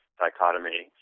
dichotomy